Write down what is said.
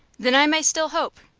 then i may still hope?